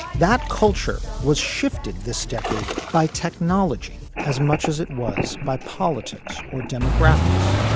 that culture was shifted this decade by technology as much as it was by politics or demographics.